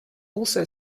also